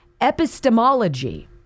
epistemology